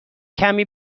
کمی